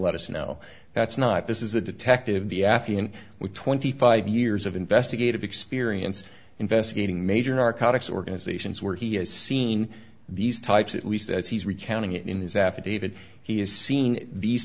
let us know that's not this is a detective the affiant with twenty five years of investigative experience investigating major narcotics organizations where he has seen these types at least as he's recounting it in his affidavit he has seen these